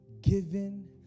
given